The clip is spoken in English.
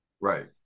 Right